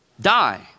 Die